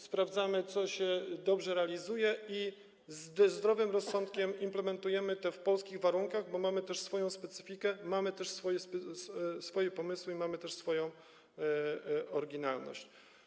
Sprawdzamy, co się dobrze realizuje, i ze zdrowym rozsądkiem implementujemy to u siebie, w polskich warunkach, bo mamy też swoją specyfikę, mamy też swoje pomysły, mamy też swoją oryginalność.